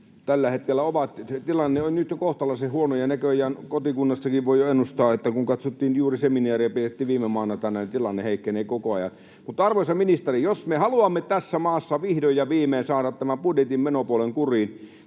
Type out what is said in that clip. tällä hetkellä ovat. Se tilanne on nyt jo kohtalaisen huono, ja näköjään kotikunnastakin voi jo ennustaa — katsottiin, juuri seminaaria pidettiin viime maanantaina — että tilanne heikkenee koko ajan. Mutta, arvoisa ministeri, jos me haluamme tässä maassa vihdoin ja viimein saada tämän budjetin menopuolen kuriin,